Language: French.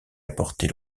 apportée